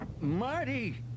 Marty